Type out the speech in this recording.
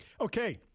Okay